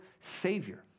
savior